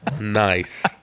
nice